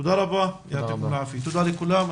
תודה לכולם.